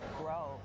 grow